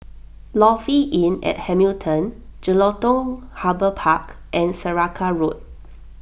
Lofi Inn at Hamilton Jelutung Harbour Park and Saraca Road